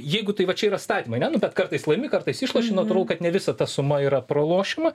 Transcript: jeigu tai va čia yra statymai ne nu bet kartais laimi kartais išloši natūralu kad ne visa ta suma yra pralošiama